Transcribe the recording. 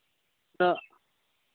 ᱱᱤᱛᱚᱜ